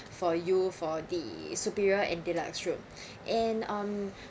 for you for the superior and deluxe room and um